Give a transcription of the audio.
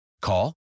Call